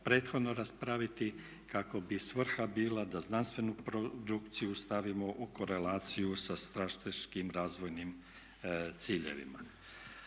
prethodno raspraviti kako bi svrha bila da znanstvenu produkciju stavimo u korelaciju sa strateškim razvojnim ciljevima.